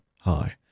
high